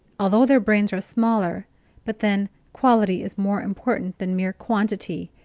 although their brains are smaller but then quality is more important than mere quantity.